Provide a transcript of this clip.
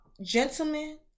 gentlemen